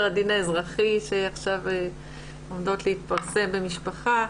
הדין האזרחי שעכשיו עומדות להתפרסם במשפחה,